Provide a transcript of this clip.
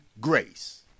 grace